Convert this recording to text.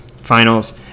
finals